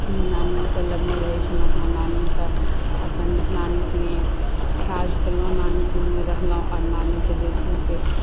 नानीके लगमे रहैत छलहुँ हेँ नानीके अपन नानीके सङ्गे काज केलहुँ सङ्गे सङ्गे रहलहुँ आ नानीकेँ जे छै से